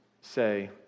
say